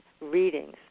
Readings